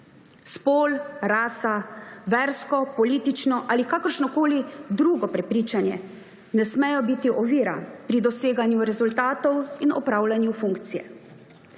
Spol, rasa, versko, politično ali kakršnokoli drugo prepričanje ne sme biti ovira pri doseganju rezultatov in opravljanju funkcije.